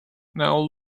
now